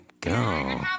go